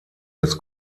des